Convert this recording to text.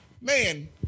man